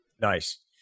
Nice